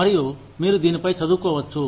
మరియు మీరు దీనిపై చదువుకోవచ్చు